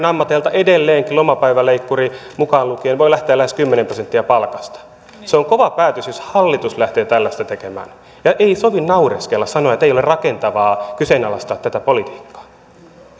ammateilta on että edelleenkin lomapäiväleikkuri mukaan lukien voi lähteä lähes kymmenen prosenttia palkasta se on kova päätös jos hallitus lähtee tällaista tekemään ja ei sovi naureskella sanoa että ei ole rakentavaa kyseenalaistaa tätä politiikkaa